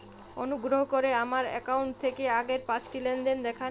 অনুগ্রহ করে আমার অ্যাকাউন্ট থেকে আগের পাঁচটি লেনদেন দেখান